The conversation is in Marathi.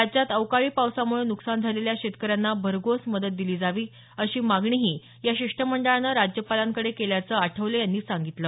राज्यात अवकाळी पावसामुळे नुकसान झालेल्या शेतकऱ्यांना भरघोस मदत दिली जावी अशी मागणीही या शिष्टमंडळानं राज्यपालांकडे केल्याचं आठवले यांनी सांगितलं